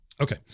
okay